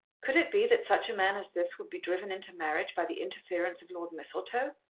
could it be that such a man as this would be driven into marriage by the interference of lord mistletoe!